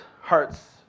hearts